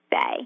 say